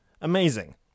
amazing